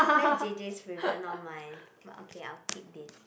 that's j_j's favourite not mine but okay I will keep this